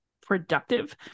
productive